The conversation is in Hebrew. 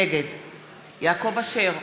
נגד יעקב אשר,